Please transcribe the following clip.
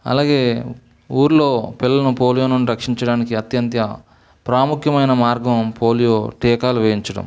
అలాగే ఊర్లో పిల్లలను పోలియో నుండి రక్షించడానికి అత్యంత ప్రాముఖ్యమైన మార్గం పోలియో టీకాలు వేయించడం